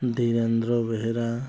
Dhirendra Behera